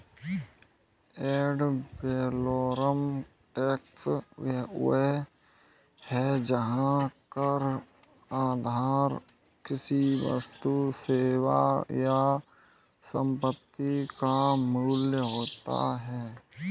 add valorem tax वह है जहां कर आधार किसी वस्तु, सेवा या संपत्ति का मूल्य होता है